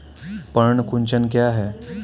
पर्ण कुंचन क्या है?